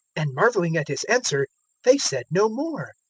and marvelling at his answer they said no more.